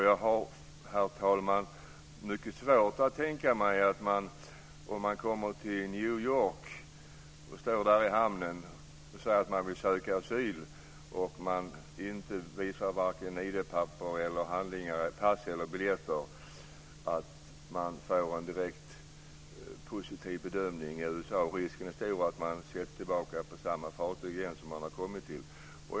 Jag har, herr talman, mycket svårt att tänka mig att någon som kommer till New York, står där i hamnen och säger att han vill söka asyl och inte visar vare sig ID-handlingar, pass eller biljetter får en direkt positiv bedömning i USA. Risken är stor att man sätts tillbaka på samma fartyg som man kommit med.